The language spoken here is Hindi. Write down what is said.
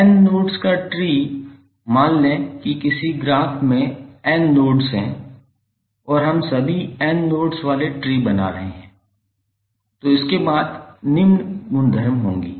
N नोड्स का ट्री मान लें कि किसी विशेष ग्राफ में n नोड्स हैं और हम सभी n नोड्स वाले ट्री बना रहे हैं तो इसके बाद निम्न गुणधर्म होगी